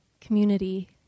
community